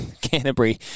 Canterbury